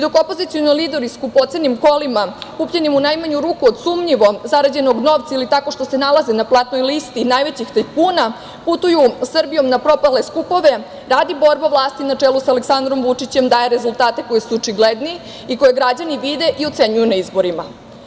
Dok opozicioni lideri skupocenim kolima, kupljenim u najmanju ruku od sumnjivo zarađenog novca ili tako što se nalaze na platnoj listi najvećih tajkuna, putuju Srbijom na propale skupove, rad i borba vlasti na čelu sa Aleksandrom Vučićem daje rezultate koji su očigledni i koje građani vide i ocenjuju na izborima.